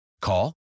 Call